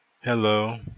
Hello